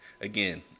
again